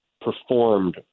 performed